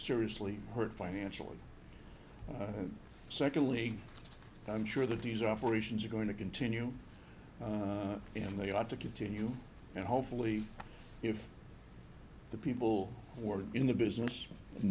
seriously hurt financially and secondly i'm sure that these operations are going to continue and they ought to continue and hopefully if the people who are in the business